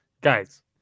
guys